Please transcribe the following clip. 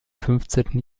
fünfzehnten